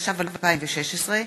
התשע"ו 2016,